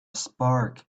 spark